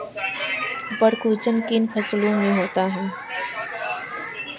पर्ण कुंचन किन फसलों में होता है?